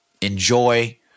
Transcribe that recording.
enjoy